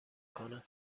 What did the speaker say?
کنم